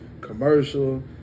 commercial